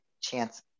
chance